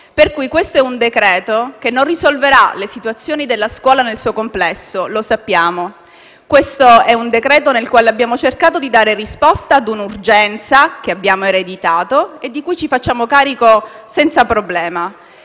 Pertanto questo è un decreto-legge che non risolverà le situazioni della scuola nel suo complesso. Lo sappiamo. Questo è un decreto-legge con cui abbiamo cercato di dare risposta a un'urgenza che abbiamo ereditato e di cui ci facciamo carico senza problemi.